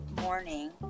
morning